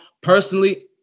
Personally